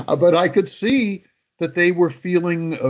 ah but i could see that they were feeling,